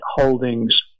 holdings